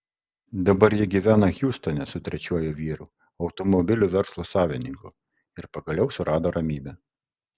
dabar ji gyvena hjustone su trečiuoju vyru automobilių verslo savininku ir pagaliau surado ramybę